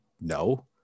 no